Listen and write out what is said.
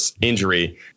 injury